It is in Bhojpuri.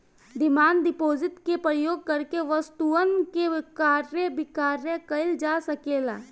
डिमांड डिपॉजिट के प्रयोग करके वस्तुअन के क्रय विक्रय कईल जा सकेला